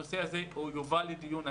הנושא הזה יובא לדיון.